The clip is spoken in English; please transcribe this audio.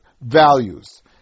values